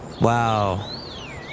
Wow